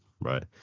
right